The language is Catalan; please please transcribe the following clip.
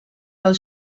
del